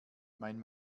mein